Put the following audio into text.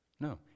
No